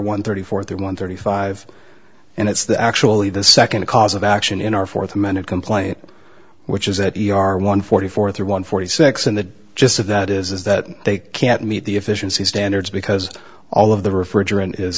one thirty fourth or one thirty five and it's the actually the second cause of action in our fourth amended complaint which is that we are one forty four through one forty six in the gist of that is that they can't meet the efficiency standards because all of the refrigerant is